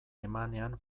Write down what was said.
emanean